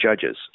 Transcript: judges